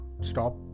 stop